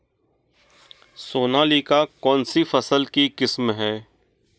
सोनालिका कौनसी फसल की किस्म है?